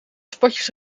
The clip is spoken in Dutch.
spotjes